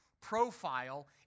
profile